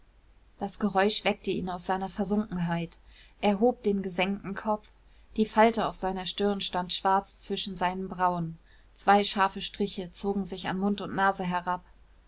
das geräusch weckte ihn aus seiner versunkenheit er hob den gesenkten kopf die falte auf seiner stirn stand schwarz zwischen seinen brauen zwei scharfe striche zogen sich an mund und nase hinab